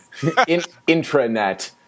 intranet